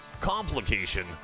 Complication